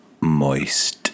Moist